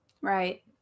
Right